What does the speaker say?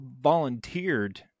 volunteered